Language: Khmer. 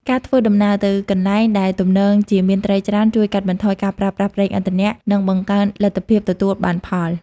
ការធ្វើដំណើរទៅកន្លែងដែលទំនងជាមានត្រីច្រើន ជួយកាត់បន្ថយការប្រើប្រាស់ប្រេងឥន្ធនៈ និងបង្កើនលទ្ធភាពទទួលបានផល។